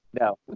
No